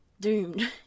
doomed